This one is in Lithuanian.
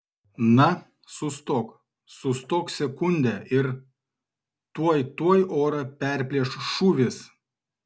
na sustok sustok sekundę ir tuoj tuoj orą perplėš šūvis